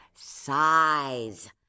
size